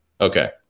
Okay